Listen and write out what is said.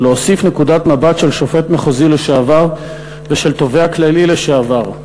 ולהוסיף נקודת מבט של שופט מחוזי לשעבר ושל תובע כללי לשעבר.